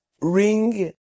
ring